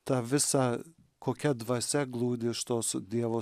ta visa kokia dvasia glūdi iš tos dievo